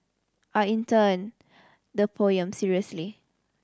I intoned the poem seriously